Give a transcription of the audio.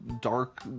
dark